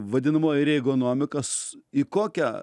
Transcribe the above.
vadinamoji reigonomika s į kokią